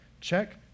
check